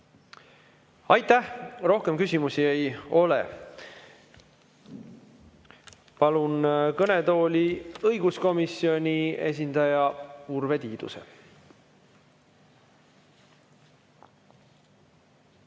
Aitäh! Rohkem küsimusi ei ole. Palun kõnetooli õiguskomisjoni esindaja Urve Tiiduse.